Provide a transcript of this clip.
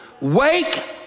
wake